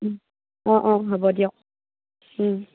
অঁ অঁ হ'ব দিয়ক